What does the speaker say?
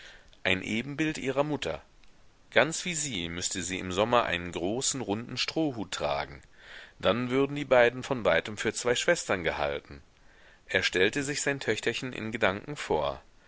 ein ebenbild ihrer mutter ganz wie sie müßte sie im sommer einen großen runden strohhut tragen dann würden die beiden von weitem für zwei schwestern gehalten er stellte sich sein töchterchen in gedanken vor